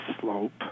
slope